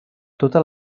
totes